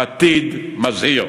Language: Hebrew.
עתיד מזהיר.